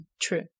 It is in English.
True